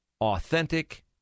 authentic